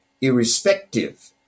irrespective